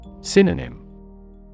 Synonym